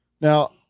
Now